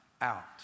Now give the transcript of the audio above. out